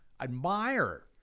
Admire